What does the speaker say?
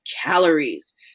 calories